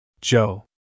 Joe